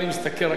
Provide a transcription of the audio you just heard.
פה.